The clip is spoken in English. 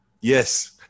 Yes